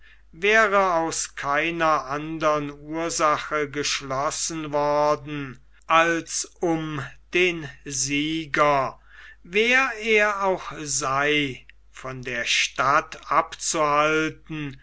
wäre aus keiner andern ursache geschlossen worden als um den sieger wer er auch sei von der stadt abzuhalten